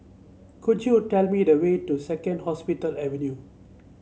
could you tell me the way to Second Hospital Avenue